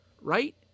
right